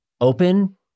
open